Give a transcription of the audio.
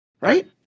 Right